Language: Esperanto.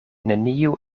neniu